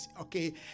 okay